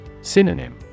Synonym